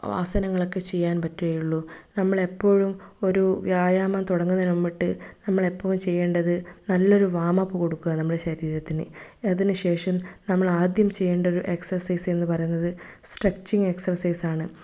ആസനങ്ങളൊക്കെ ചെയ്യാൻ പറ്റുകയുള്ളു നമ്മളെപ്പോഴും ഒരു വ്യായാമം തുടങ്ങുന്നതിനു മുമ്പിട്ടു നമ്മൾ എപ്പോഴും ചെയ്യേണ്ടത് നല്ലൊരു വാമപ്പ് കൊടുക്കുക നമ്മുടെ ശരീരത്തിന് അതിനു ശേഷം നമ്മൾ ആദ്യം ചെയ്യേണ്ട ഒരു എക്സർസൈസ് എന്നു പറയുന്നത് സ്ട്രെച്ചിങ്ങ് എക്സർസൈസാണ്